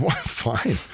Fine